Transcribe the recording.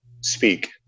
speak